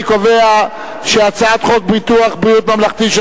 אני קובע שהצעת חוק ביטוח בריאות ממלכתי (תיקון,